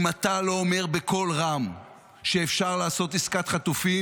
אם אתה לא אומר בקול רם שאפשר לעשות עסקת חטופים,